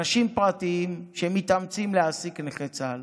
אנשים פרטיים, שמתאמצים להעסיק נכה צה"ל